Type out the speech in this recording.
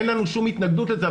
אין לנו שום התנגדות לזה,